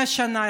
100 שנה,